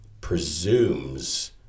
presumes